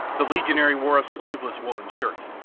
the legionary wore a sleeveless woollen shirt,